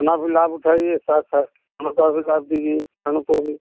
अपना भी लाभ उठाइए साथ साथ उनका भी लाभ दीजिए उनको भी